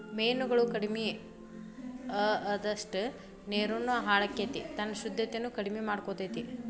ಮೇನುಗಳು ಕಡಮಿ ಅಅದಷ್ಟ ನೇರುನು ಹಾಳಕ್ಕತಿ ತನ್ನ ಶುದ್ದತೆನ ಕಡಮಿ ಮಾಡಕೊತತಿ